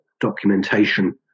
documentation